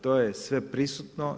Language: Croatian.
To je sve prisutno.